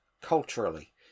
culturally